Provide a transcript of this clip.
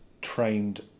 trained